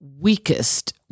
weakest